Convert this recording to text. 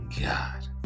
god